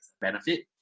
benefit